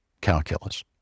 calculus